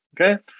Okay